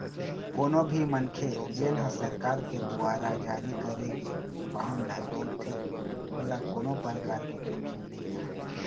कोनो भी मनखे जेन ह सरकार के दुवारा जारी करे गे बांड ल लेथे ओला कोनो परकार के जोखिम नइ रहय